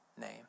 name